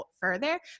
further